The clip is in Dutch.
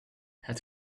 het